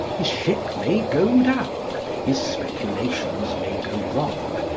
his ship may go down, his speculations may go wrong,